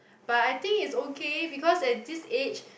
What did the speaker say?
but I think is okay because at this age